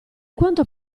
quanto